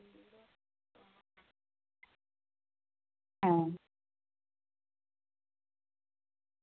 ᱦᱚᱸ